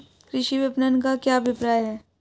कृषि विपणन का क्या अभिप्राय है?